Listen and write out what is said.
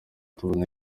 tubona